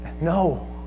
No